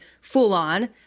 full-on